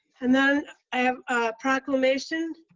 and then i have proclamations